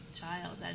child